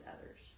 others